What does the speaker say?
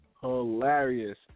hilarious